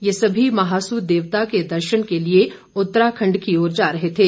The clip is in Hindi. ये सभी महासू देवता के दर्शन के लिए उत्तराखंड की ओर जा रहे थे